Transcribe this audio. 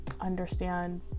understand